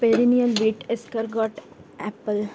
perennial wheat escargot apple